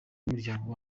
w’umuryango